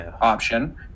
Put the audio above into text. option